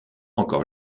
encore